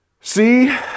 See